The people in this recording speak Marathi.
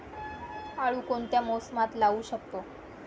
आळू कोणत्या मोसमात लावू शकतो?